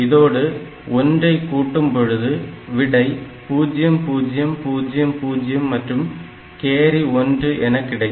இதனோடு 1 ஐ கூட்டும் பொழுது விடை 0000 மற்றும் கேரி 1 எனக் கிடைக்கும்